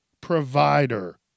provider